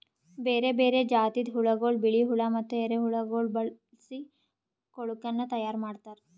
ಬೇರೆ ಬೇರೆ ಜಾತಿದ್ ಹುಳಗೊಳ್, ಬಿಳಿ ಹುಳ ಮತ್ತ ಎರೆಹುಳಗೊಳ್ ಬಳಸಿ ಕೊಳುಕನ್ನ ತೈಯಾರ್ ಮಾಡ್ತಾರ್